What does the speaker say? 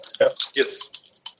Yes